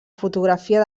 fotografia